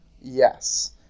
yes